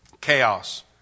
chaos